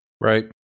Right